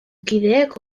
kideek